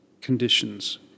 conditions